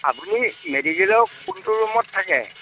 আপুনি মেডিকেলৰ কোনটো ৰুমত থাকে